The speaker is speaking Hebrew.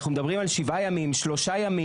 אנחנו מדברים על 7 ימים או 3 ימים.